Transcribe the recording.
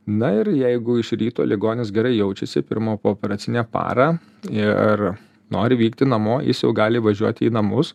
na ir jeigu iš ryto ligonis gerai jaučiasi pirmą pooperacinę parą ir nori vykti namo jis jau gali važiuoti į namus